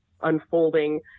unfolding